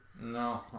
No